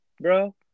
bro